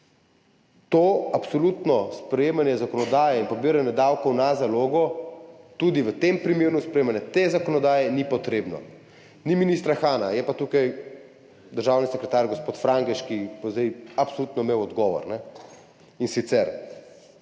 Absolutno sprejemanje zakonodaje in pobiranje davkov na zalogo, tudi v tem primeru, sprejemanja te zakonodaje, ni potrebno. Ni ministra Hana, je pa tukaj državni sekretar gospod Frangež, ki bo zdaj absolutno imel odgovor. In sicer: